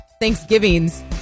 thanksgivings